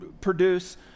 Produce